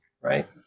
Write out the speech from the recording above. right